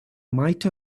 might